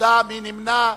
מי נמנע?